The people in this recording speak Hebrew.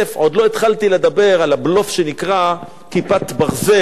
עוד לא התחלתי לדבר על הבלוף שנקרא "כיפת ברזל",